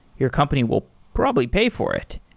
your company will probably pay for it,